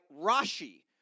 Rashi